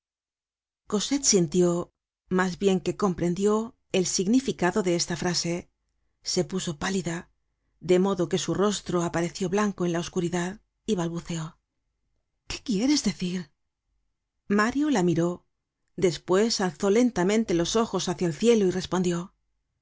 cosette sintió mas bien que comprendió el significado de esta frase se puso pálida de modo que su rostro apareció blanco en la oscuridad y balbuceó qué quieres decir mario la miró despues alzó lentamente los ojos hácia el cielo y respondió